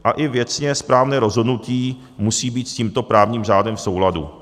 A i věcně správné rozhodnutí musí být s tímto právním řádem v souladu.